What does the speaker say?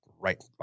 right